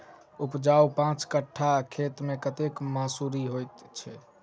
उपजाउ पांच कट्ठा खेत मे कतेक मसूरी होइ छै?